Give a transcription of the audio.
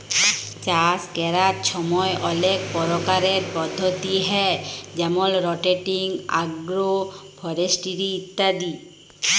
চাষ ক্যরার ছময় অলেক পরকারের পদ্ধতি হ্যয় যেমল রটেটিং, আগ্রো ফরেস্টিরি ইত্যাদি